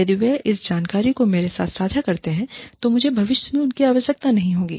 यदि वे उस जानकारी को मेरे साथ साझा करते हैं तो मुझे भविष्य में उनकी आवश्यकता नहीं होगी